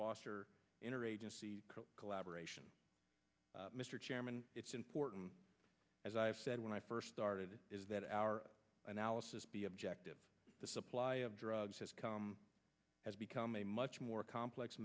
foster interagency collaboration mr chairman it's important as i've said when i first started is that our analysis be objective the supply of drugs has come has become a much more complex